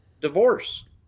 Divorce